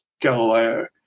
Galileo